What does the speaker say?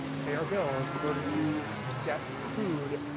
pay our bills, in order to get food